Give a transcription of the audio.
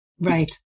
Right